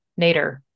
Nader